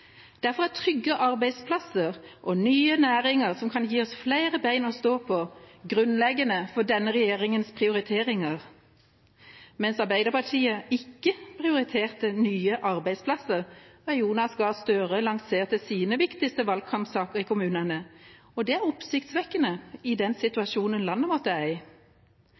Derfor er trygge arbeidsplasser og nye næringer som kan gi oss flere ben å stå på, grunnleggende for denne regjeringas prioriteringer – mens Arbeiderpartiet ikke prioriterte nye arbeidsplasser da Jonas Gahr Støre lanserte sine viktigste valgkampsaker i kommunene. Det er oppsiktsvekkende i den situasjonen landet vårt er i.